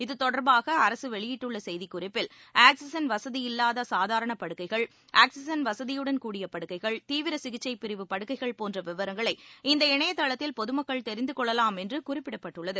இதுதொடர்பாகஅரசுவெளியிட்டுள்ளசெய்திக்குறிப்பில் oxygen வசதி இல்லாதசாதாரணபடுக்கைகள் oxygen வசதியுடன் கூடிய படுக்கைகள் தீவிரசிகிச்சைப் பிரிவு படுக்கைகள் போன்றவிவரங்களை இணையதளத்தில் பொதமக்கள் இந்த தெரிந்தகொள்ளலாம் என்றுகுறிப்பிடப்பட்டுள்ளது